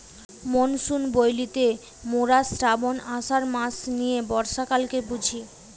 monsoon বইলতে মোরা শ্রাবন, আষাঢ় মাস নিয়ে বর্ষাকালকে বুঝি